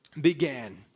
began